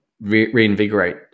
reinvigorate